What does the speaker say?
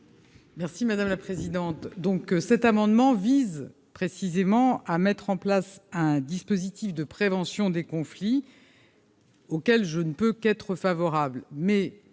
Merci madame la présidente, donc, cet amendement vise précisément à mettre en place un dispositif de prévention des conflits. Auquel je ne peux qu'être favorable